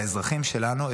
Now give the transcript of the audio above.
לאזרחים שלנו,